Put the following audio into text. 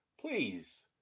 Please